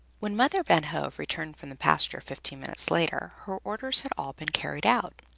when mother van hove returned from the pasture, fifteen minutes later, her orders had all been carried out.